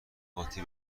قاطی